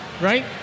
Right